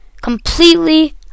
Completely